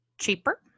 cheaper